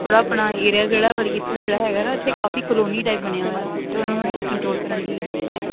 ਥੋੜ੍ਹਾ ਆਪਣਾ ਏਰੀਆ ਜਿਹੜਾ ਮਤਲਬ ਕਿ ਇੱਥੇ ਦਾ ਜਿਹੜਾ ਹੈਗਾ ਨਾ ਇੱਥੇ ਕਾਫੀ ਕਲੋਨੀ ਟਾਈਪ ਬਣਿਆ ਹੋਇਆ ਅਤੇ ਉਹਨੂੰ ਮਤਲਬ ਕਿ ਕੰਟਰੋਲ ਕਰਨ ਲਈ ਹੈ